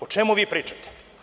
O čemu vi pričate?